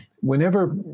whenever